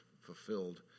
fulfilled